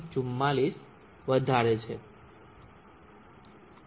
44 વધારે છે